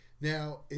Now